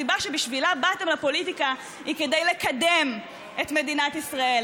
הסיבה שבשבילה באתם לפוליטיקה היא כדי לקדם את מדינת ישראל,